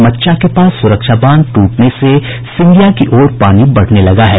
मच्चा के पास सुरक्षा बांध ट्रटने से सिंगिया की ओर पानी बढ़ने लगा है